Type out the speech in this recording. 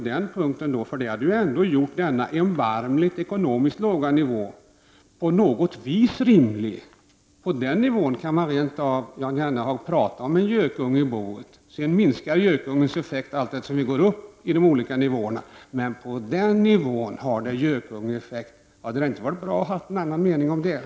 Det hade gjort denna erbarmligt låga ekonomiska nivå på något sätt rimlig. På den nivån kan man, Jan Jennehag, rent av tala om en gökunge i boet. Sedan minskar gökungens effekt allteftersom vi går uppåt i nivåerna, men på den lägsta nivån har JAS projektet gökungeeffekt. Hade det inte varit bra att framföra en annan mening om detta?